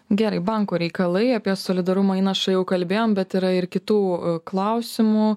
gerai bankų reikalai apie solidarumo įnašą jau kalbėjom bet yra ir kitų klausimų